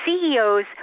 CEOs